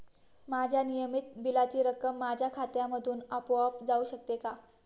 माझ्या नियमित बिलाची रक्कम माझ्या खात्यामधून आपोआप जाऊ शकते का?